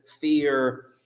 fear